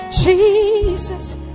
Jesus